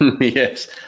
Yes